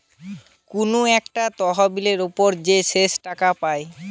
কুনু একটা তহবিলের উপর যে শেষ টাকা পায়